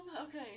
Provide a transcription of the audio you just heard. Okay